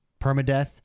permadeath